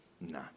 nah